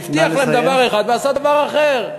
הבטיח להם דבר אחד ועשה דבר אחר.